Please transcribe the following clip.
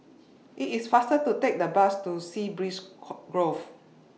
IT IS faster to Take The Bus to Sea Breeze Grove